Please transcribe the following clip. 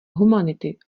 humanity